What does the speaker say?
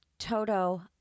Toto